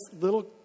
little